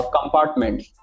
Compartments